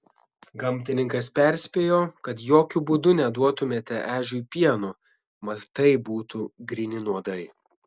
gamtininkas perspėjo kad jokiu būdu neduotumėte ežiui pieno mat tai būtų gryni nuodai